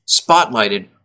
spotlighted